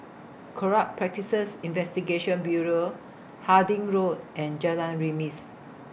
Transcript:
Corrupt Practices Investigation Bureau Harding Road and Jalan Remis